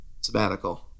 sabbatical